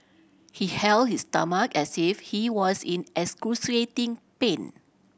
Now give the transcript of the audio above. he held his stomach as if he was in excruciating pain